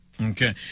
Okay